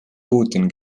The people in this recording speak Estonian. putin